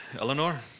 Eleanor